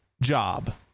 job